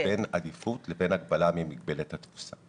בין עדיפות לבין הגבלה ממגבלת התפוסה.